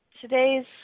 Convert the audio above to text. Today's